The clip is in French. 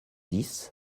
dix